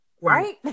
Right